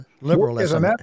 liberalism